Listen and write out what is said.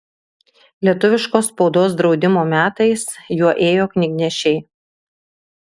lietuviškos spaudos draudimo metais juo ėjo knygnešiai